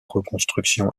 reconstruction